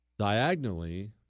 Diagonally